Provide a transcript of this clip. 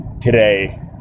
today